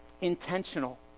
intentional